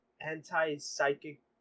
anti-psychic